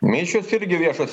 mišios irgi viešas